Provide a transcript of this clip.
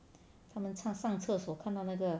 他们上上厕所看到那个